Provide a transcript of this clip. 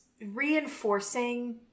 reinforcing